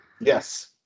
Yes